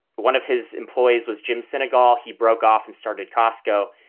one of his employees was jim senegal. he broke off and started costco.